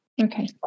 Okay